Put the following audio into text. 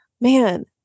man